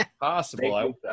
Possible